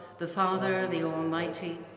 the father the almighty,